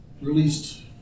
released